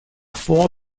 four